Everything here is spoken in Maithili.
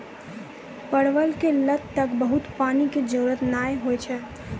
परवल के लत क बहुत पानी के जरूरत नाय होय छै